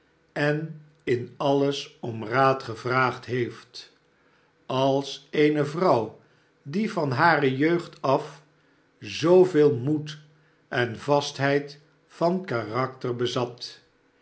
en in alles om raad gevraagd heeft als eene vrouw die van hare jeugd af zooveel moed en vastheid van karakter bezat